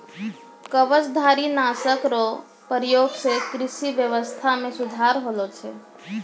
कवचधारी नाशक रो प्रयोग से कृषि व्यबस्था मे सुधार होलो छै